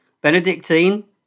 Benedictine